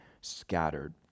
scattered